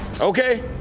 Okay